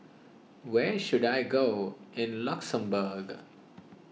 where should I go in Luxembourg